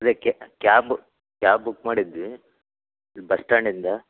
ಇದಕ್ಕೆ cab cab book ಮಾಡಿದ್ವಿ ಇಲ್ಲಿ ಬಸ್ ಸ್ಟ್ಯಾಂಡಿಂದ